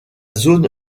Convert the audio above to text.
zone